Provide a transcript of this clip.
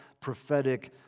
prophetic